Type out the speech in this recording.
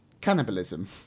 cannibalism